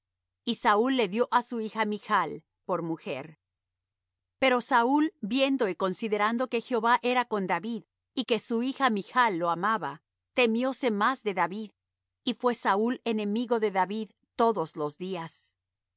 y saúl le dió á su hija michl por mujer pero saúl viendo y considerando que jehová era con david y que su hija michl lo amaba temióse más de david y fué saúl enemigo de david todos los días